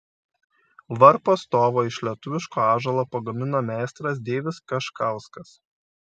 varpo stovą iš lietuviško ąžuolo pagamino meistras deivis kaškauskas